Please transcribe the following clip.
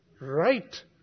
Right